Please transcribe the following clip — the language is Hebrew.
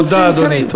תודה, אדוני.